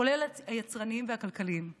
כולל היצרניים והכלכליים";